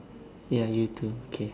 ya you too okay